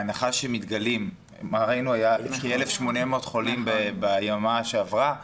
בהנחה שמתגלים 1,800 ביממה שעברה,.